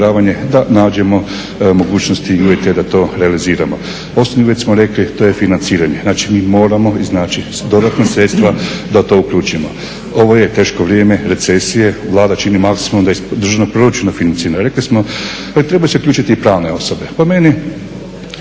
da nađemo mogućnosti i uvjete da to realiziramo. Osnovni uvjet smo rekli to je financiranje. Znači mi moramo iznaći dodatna sredstva da to uključimo. Ovo je teško vrijeme recesije, Vlada čini maksimum da iz državnog proračuna financira. Rekli smo, pa trebaju se uključiti i pravne osobe. Po meni,